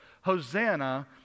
Hosanna